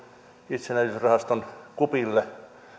itsenäisyysrahaston kupille